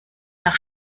nach